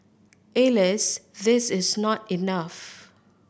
Alas this is not enough